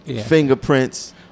fingerprints